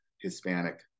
Hispanic